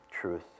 truth